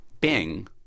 Bing